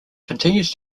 continues